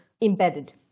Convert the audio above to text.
embedded